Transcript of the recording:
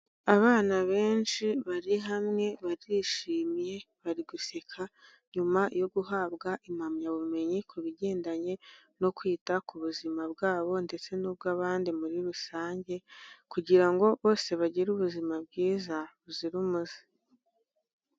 Abana benshi bari hamwe barishimye, bari guseka nyuma yo guhabwa impamyabumenyi ku bigendanye no kwita ku buzima bwabo ndetse n'ubw'abandi muri rusange, kugira ngo bose bagire ubuzima bwiza, buzira umuze.